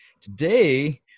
Today